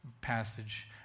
passage